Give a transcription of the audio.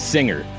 Singer